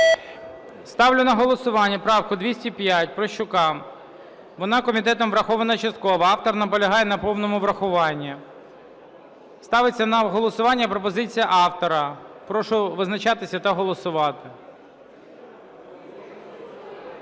Ставлю на голосування правку 205 Прощука. Вона комітетом врахована частково. Автор наполягає на повному врахуванні. Ставиться на голосування пропозиція автора. Прошу визначатися та голосувати.